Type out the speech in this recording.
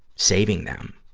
saving them,